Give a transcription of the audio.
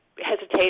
hesitate